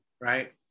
right